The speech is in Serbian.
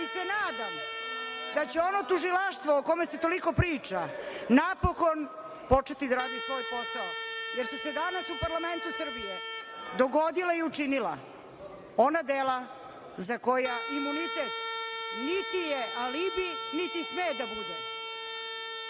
se nadam da će ono tužilaštvo o kome se toliko priča napokon početi da radi svoj posao, jer su se danas u parlamentu Srbije dogodila i učinila ona dela za koja imunitet niti je alibi, niti sme da bude.